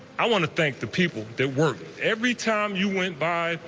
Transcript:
i want to thank the people that worked. every time you went by